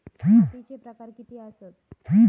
मातीचे प्रकार किती आसत?